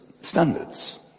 standards